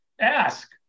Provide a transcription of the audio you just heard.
ask